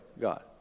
God